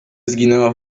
zginęła